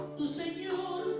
to save you